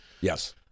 Yes